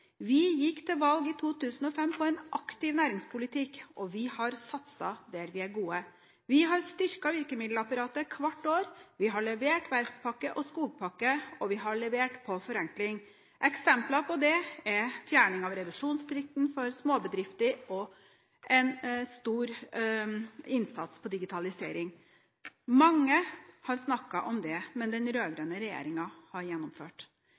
Vi gikk i 2005 til valg på en aktiv næringspolitikk. Vi har satset der vi er gode. Vi har styrket virkemiddelapparatet hvert år. Vi har levert verftspakke og skogpakke. Vi har levert når det gjelder forenkling. Eksempler er fjerning av revisjonsplikten for småbedrifter og en stor innsats når det gjelder digitalisering. Mange har snakket om det, men den rød-grønne regjeringen har gjennomført